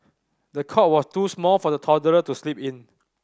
the cot was too small for the toddler to sleep in